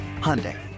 Hyundai